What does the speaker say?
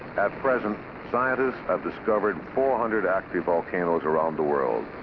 at present, scientists have discovered four hundred active volcanoes around the world.